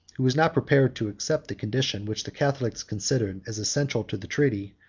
who was not prepared to accept the condition which the catholics considered as essential to the treaty,